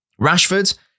Rashford